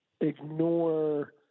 ignore